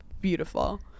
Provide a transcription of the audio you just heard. beautiful